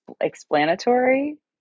explanatory